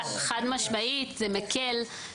חד משמעית זה מקל.